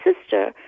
sister